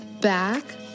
back